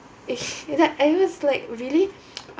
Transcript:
then I was like really